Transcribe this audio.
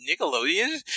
Nickelodeon